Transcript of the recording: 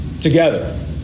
Together